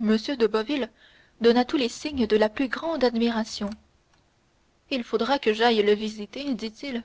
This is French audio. m de boville donna tous les signes de la plus grande admiration il faudra que je l'aille visiter dit-il